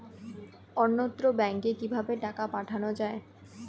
অন্যত্র ব্যংকে কিভাবে টাকা পাঠানো য়ায়?